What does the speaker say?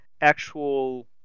actual